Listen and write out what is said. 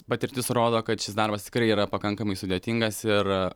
patirtis rodo kad šis darbas tikrai yra pakankamai sudėtingas ir